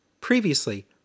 Previously